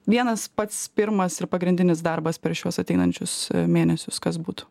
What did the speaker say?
vienas pats pirmas ir pagrindinis darbas per šiuos ateinančius mėnesius kas būtų